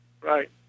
Right